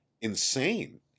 insane